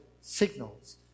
signals